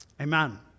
amen